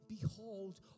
Behold